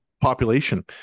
population